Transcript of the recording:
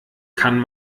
kann